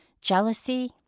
jealousy